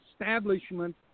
establishment